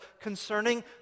concerning